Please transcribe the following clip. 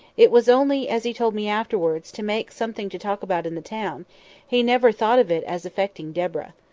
it was only, as he told me afterwards, to make something to talk about in the town he never thought of it as affecting deborah.